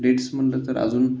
dates म्हटलं तर अजून